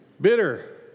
bitter